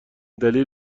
دلیل